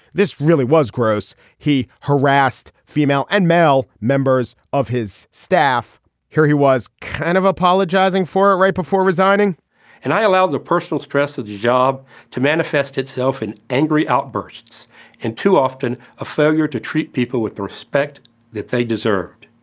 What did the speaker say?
this really was gross. he harassed female and male members of his staff here he was kind of apologizing for it right before resigning and i allowed the personal stress the job to manifest itself in angry outbursts and too often a failure to treat people with respect that they deserved.